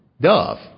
dove